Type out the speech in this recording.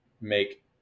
make